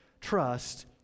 trust